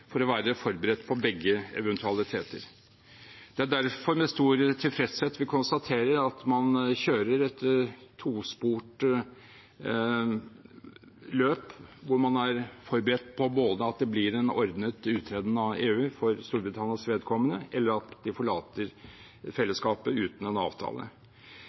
å være forberedt på begge eventualiteter. Det er derfor med stor tilfredshet vi konstaterer at man kjører et tosporet løp, hvor man er forberedt på enten at det blir en ordnet uttreden av EU for Storbritannias vedkommende, eller at de forlater fellesskapet uten en avtale.